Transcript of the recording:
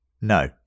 No